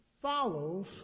...follows